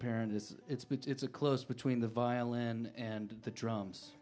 parent it's been it's a close between the violin and the drums